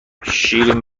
شیرین